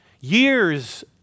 Years